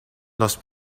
los